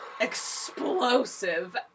explosive